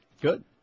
Good